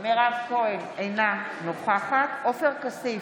נוכחת מירב כהן, אינה נוכחת עופר כסיף,